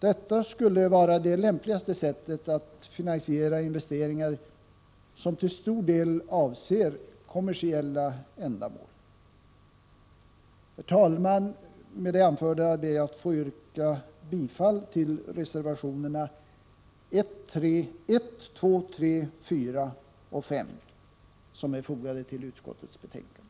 Detta skulle vara det lämpligaste sättet att finansiera investeringar som till stor del avser kommersiella ändamål. Herr talman! Med det anförda ber jag att få yrka bifall till reservationerna 1, 2, 3, 4 och 5, vilka är fogade till utskottets betänkande.